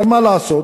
אבל מה לעשות,